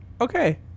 Okay